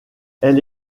elle